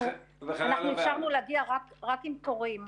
אנחנו אפשרנו להגיע רק עם תורים.